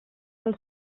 del